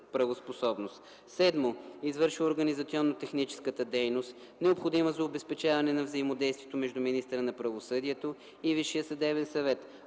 7. извършва организационно-техническата дейност, необходима за обезпечаване на взаимодействието между министъра на правосъдието и Висшия съдебен съвет;